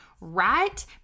right